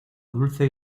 dulce